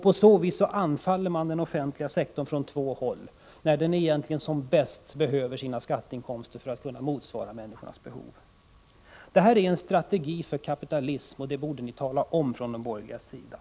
På så sätt anfaller man den offentliga sektorn från två håll, när den egentligen som bäst behöver sina skatteinkomster för att kunna motsvara människornas behov. Detta är en strategi för kapitalism — det borde ni tala om från den borgerliga sidan.